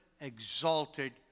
exalted